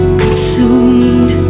consumed